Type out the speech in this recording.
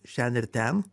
šen ir ten